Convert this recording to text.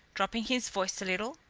dropping his voice a little.